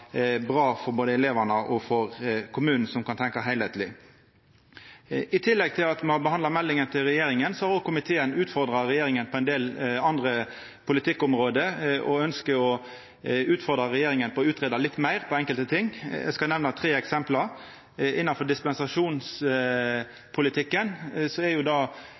bra for både elevane og kommunen, som kan tenkja heilskapleg. I tillegg til at me har behandla meldinga til regjeringa, har òg komiteen utfordra regjeringa på ein del andre politikkområde, og ønskjer å utfordra regjeringa til å greia ut enkelte ting litt meir. Eg skal nemna tre eksempel. Innanfor dispensasjonspolitikken er